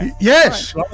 Yes